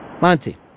Monty